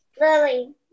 Lily